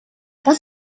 das